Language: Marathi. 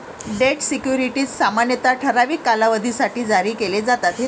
डेट सिक्युरिटीज सामान्यतः ठराविक कालावधीसाठी जारी केले जातात